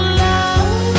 love